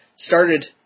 Started